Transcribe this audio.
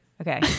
okay